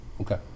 Okay